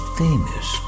famous